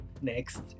next